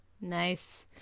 Nice